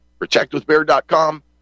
ProtectWithBear.com